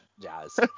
jazz